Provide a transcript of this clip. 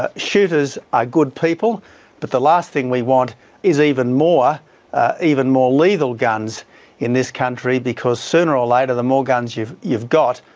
ah shooters are good people but the last thing we want is even more ah even more lethal guns in this country because sooner or later, the more guns that you've got,